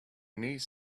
niece